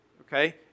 Okay